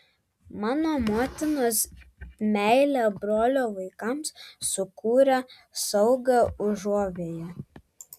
mano motinos meilė brolio vaikams sukūrė saugią užuovėją